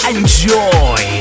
Enjoy